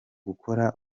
gukora